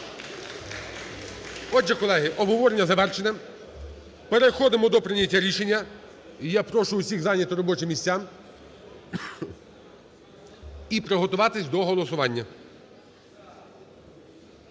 Отже, колеги, обговорення завершене. Переходимо до прийняття рішення, і я прошу всіх зайняти робочі місця і приготуватися до голосування.